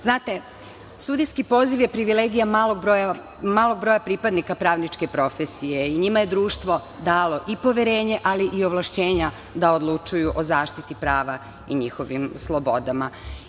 Znate, sudijski poziv je privilegija malog broja pripadnika pravničke profesije i njima je društvo dalo i poverenje, ali i ovlašćenja da odlučuju o zaštiti prava i njihovim slobodama.